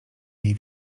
jej